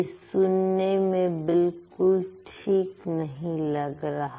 यह सुनने में बिल्कुल ठीक नहीं लग रहा